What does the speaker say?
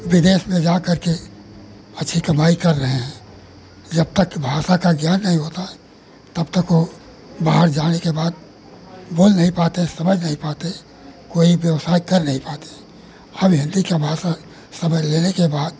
विदेश में जा करके अच्छी कमाई कर रहे हैं जब तक भाषा का ज्ञान नहीं होता तब तक वह बाहर जाने के बाद बोल नहीं पाते समझ नहीं पाते कोई व्यवसाय कर नहीं पाते हर हिन्दी की भाषा समझ लेने के बाद